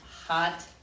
hot